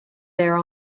there